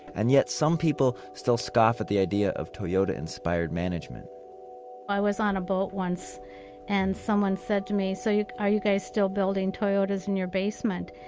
and yet some people still scoff at the idea of toyota-inspired management i was on a boat once and someone said to me, so are you guys still building toyotas in your basement.